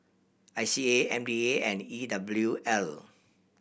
I C A M D A and E W L